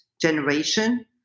generation